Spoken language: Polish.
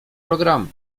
programu